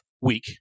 week